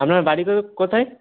আপনার বাড়ি ঘর কোথায়